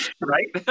right